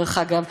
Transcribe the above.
דרך אגב,